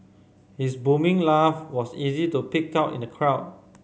his booming laugh was easy to pick out in the crowd